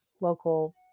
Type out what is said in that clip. local